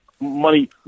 money